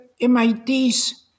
MIT's